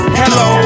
hello